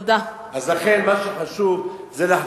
אבל אנחנו לא יכולים על כל משפחה לשים עובדת סוציאלית וגם שוטר.